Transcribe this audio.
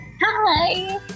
Hi